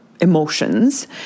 emotions